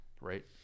right